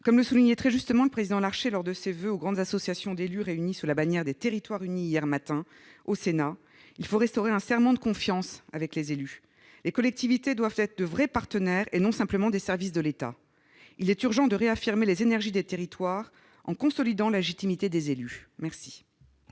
Larcher le soulignait très justement hier matin, lors de ses voeux aux grandes associations d'élus, réunies au Sénat sous la bannière des Territoires unis, il faut restaurer un serment de confiance avec les élus. Les collectivités doivent être de vrais partenaires et non simplement des services de l'État. Il est urgent de réaffirmer les énergies des territoires en consolidant la légitimité des élus. La